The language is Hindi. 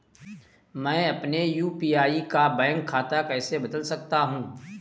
मैं अपने यू.पी.आई का बैंक खाता कैसे बदल सकता हूँ?